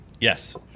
Yes